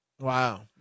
Wow